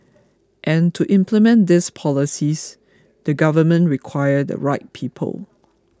and to implement these policies the government require the right people